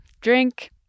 drink